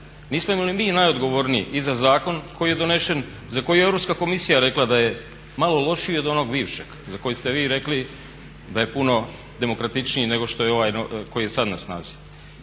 Nismo li mi najodgovorniji i za zakon koji je donesen za koji je Europska komisija rekla da je malo lošiji od onog bivšeg za kojeg ste vi rekli da je puno demokratičniji nego što je ovaj koji je sada na snazi.